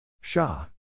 Shah